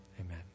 amen